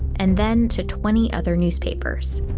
and then to twenty other newspapers.